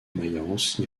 mayence